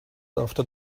after